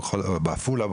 או בעפולה,